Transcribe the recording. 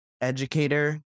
educator